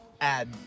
Add